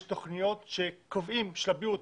יש תכניות שקובעים שלביות.